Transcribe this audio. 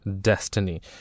destiny